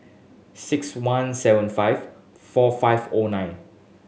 six one seven five four five O nine